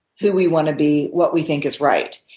who we want to be, what we think is right.